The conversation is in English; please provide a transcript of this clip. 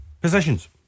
Positions